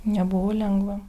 nebuvo lengva